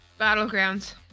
battlegrounds